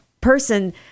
person